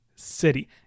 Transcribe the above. City